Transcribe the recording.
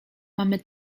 mamy